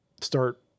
start